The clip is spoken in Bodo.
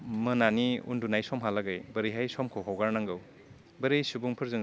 मोनानि उन्दुनाय समहालागै बोरैहाय समखौ हगारनांगौ बोरै सुबुंफोरजों जोङो सोमोन्दोफोरखौ लाखिनांगौ